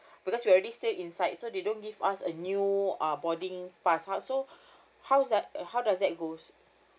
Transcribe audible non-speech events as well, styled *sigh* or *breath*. because we already stayed inside so they don't give us a new uh boarding pass how so *breath* how's that uh how does that goes